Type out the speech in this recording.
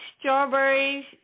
strawberries